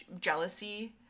jealousy